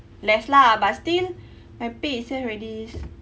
less lah but still my pay itself already s~